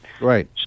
Right